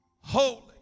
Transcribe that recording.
Holy